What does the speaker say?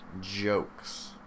jokes